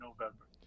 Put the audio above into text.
November